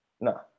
No